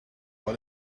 what